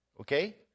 Okay